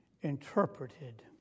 interpreted